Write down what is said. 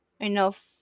enough